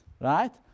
right